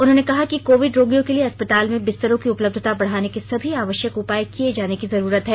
उन्होंने कहा कि कोविड रोगियों के लिए अस्पताल में बिस्तरों की उपलब्धता बढाने के सभी आवश्यक उपाय किये जाने की जरूरत है